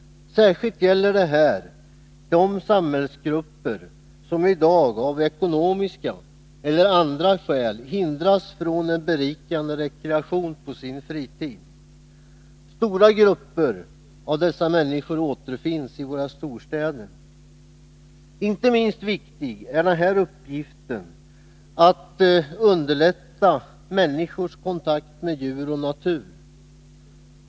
Särskilt gäller detta de samhällsgrupper som i dag av ekonomiska eller andra skäl hindras från en berikande rekreation på sin fritid. Stora grupper av dessa människor återfinns i våra storstäder. Inte minst viktig är uppgiften att underlätta människors kontakt med djur och natur.